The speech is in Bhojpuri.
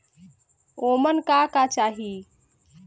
ओमन का का चाही?